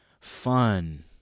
fun